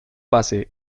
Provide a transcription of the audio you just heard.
base